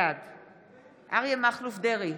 בעד אריה מכלוף דרעי,